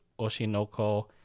Oshinoko